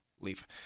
leave